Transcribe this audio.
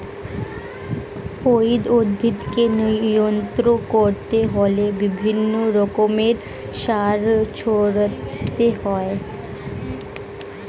weed উদ্ভিদকে নিয়ন্ত্রণ করতে হলে বিভিন্ন রকমের সার ছড়াতে হয়